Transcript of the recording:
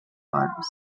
arms